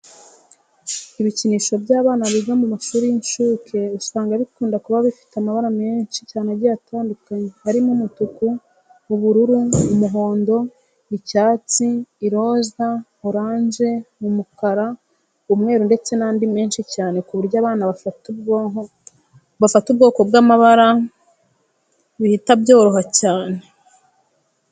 Ibikinisho by'abana biga mu mashuri y'inshuke usanga bikunda kuba bifite amabara menshi cyane agiye atandukanye arimo umutuku, ubururu, umuhondo, icyatsi, iroza, oranje, umukara, umweru ndetse n'andi menshi cyane ku buryo abana gufata ubwoko bw'amabara bihita byoroha cyane.